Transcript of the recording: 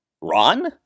Ron